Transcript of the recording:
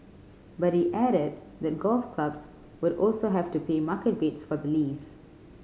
but he added that golf clubs would also have to pay market rates for the lease